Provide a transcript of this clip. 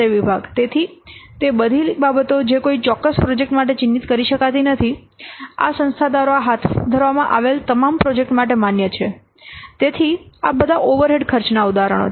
તેથી તે બધી બાબતો જે તે કોઈ ચોક્કસ પ્રોજેક્ટ માટે ચિહ્નિત કરી શકાતી નથી આ સંસ્થા દ્વારા હાથ ધરવામાં આવેલા તમામ પ્રોજેક્ટ્સ માટે માન્ય છે તેથી આ બધાં ઓવરહેડ ખર્ચનાં ઉદાહરણો છે